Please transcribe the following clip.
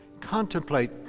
Contemplate